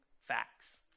facts